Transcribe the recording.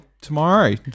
tomorrow